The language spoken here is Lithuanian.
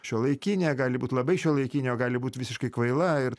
šiuolaikinė gali būt labai šiuolaikinė o gali būt visiškai kvaila ir